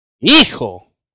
Hijo